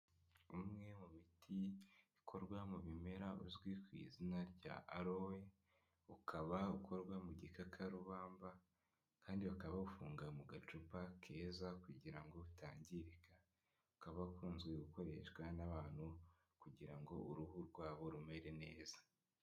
Umwe mu miti ikorwa mu bimera uzwi ku izina rya arowe, ukaba ukorwa mu gikakarubamba. Kandi bakaba bawufunga mu gacupa keza kugira ngo utangirika, ukaba ukunzwe gukoreshwa n'abantu kugira ngo uruhu rwabo rumere neza.